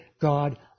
God